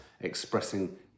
expressing